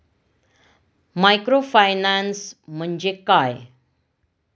Microfinance म्हणजे काय?